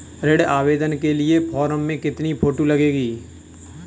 ऋण आवेदन के फॉर्म में कितनी फोटो लगेंगी?